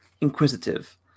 inquisitive